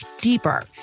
deeper